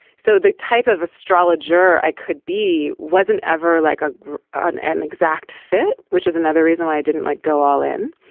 so the type of astrologer i could be wasn't ever like a an an exact fit which is another reason why i didn't like go all in.